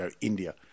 India